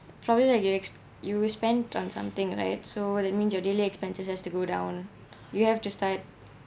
probably like you ex~ you spent on something right so that means your daily expenses has to go down you have to start